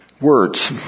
words